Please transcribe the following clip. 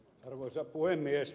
arvoisa puhemies